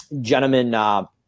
gentlemen